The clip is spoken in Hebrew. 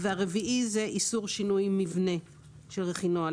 הרביעית היא איסור שינוי מבנה של רכינוע.